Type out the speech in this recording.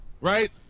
right